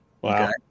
Wow